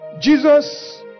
Jesus